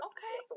Okay